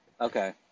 Okay